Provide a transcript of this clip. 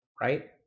right